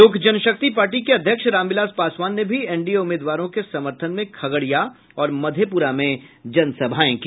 लोक Janshakti party के अध्यक्ष राम विलास पासवान ने भी एनडीए उम्मीदवारों के समर्थन में खगड़िया और मधेप्रा में जनसभाएं की